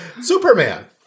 Superman